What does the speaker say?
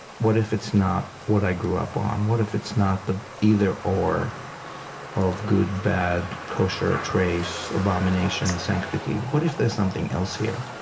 what if it's not what i grew up on? what if it's not the either or of good, bad, kosher, treyf, abomination, sanctity? what if there's something else here?